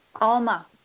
Alma